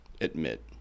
admit